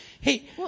Hey